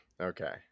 Okay